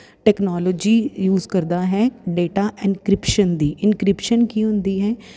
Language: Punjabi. ਟੈਕਨੋਲੋਜੀ ਯੂਜ ਕਰਦਾ ਹੈ ਡੇਟਾ ਐਨਕ੍ਰਿਪਸ਼ਨ ਦੀ ਇਨਕ੍ਰਿਪਸ਼ਨ ਕੀ ਹੁੰਦੀ ਹੈ